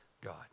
God